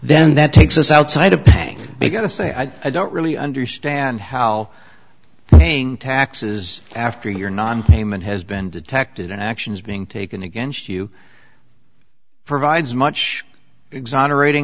then that takes us outside of paying they've got to say i don't really understand how thing taxes after your nonpayment has been detected and actions being taken against you provides much exonerat